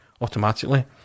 automatically